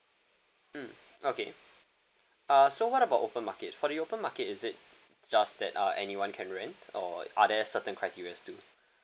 mm okay uh so what about open market for the open market is it just that uh anyone can rent or are there certain criterias too